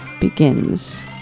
begins